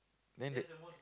then the